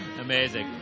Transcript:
Amazing